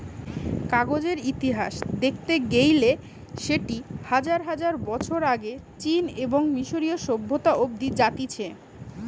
কাগজের ইতিহাস দেখতে গেইলে সেটি হাজার হাজার বছর আগে চীন এবং মিশরীয় সভ্যতা অব্দি জাতিছে